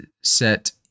set